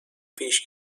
پیش